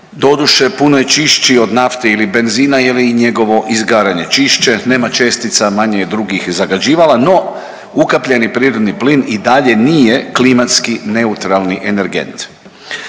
Doduše puno je čišći od nafte ili benzina jer je i njegovo izgaranje čišće, nema čestica, manje je drugih zagađivala, no ukapljeni prirodni plin i dalje nije klimatski neutralni energent.